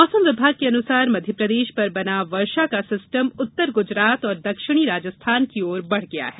मौसम विभाग के अनुसार मध्यप्रदेश पर बना वर्षा का सिस्टम उत्तर गुजरात और दक्षिणी राजस्थान की ओर बढ़ गया है